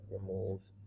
remove